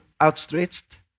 outstretched